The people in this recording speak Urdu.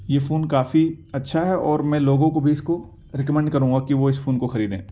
یہ فون کافی اچھا ہے اور میں لوگوں کو بھی اس کو ریکمینڈ کروں گا کہ وہ اس فون کو خریدیں